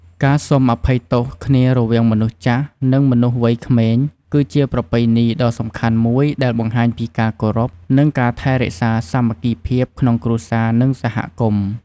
ការសុំអភ័យទោសគ្នារវាងមនុស្សចាស់ និងមនុស្សវ័យក្មេង គឺជាប្រពៃណីដ៏សំខាន់មួយដែលបង្ហាញពីការគោរព និងការថែរក្សាសាមគ្គីភាពក្នុងគ្រួសារ និងសហគមន៍។